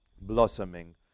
blossoming